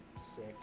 sick